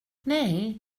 nej